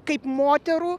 kaip moterų